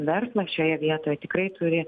verslas šioje vietoje tikrai turi